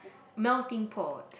melting port